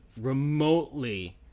remotely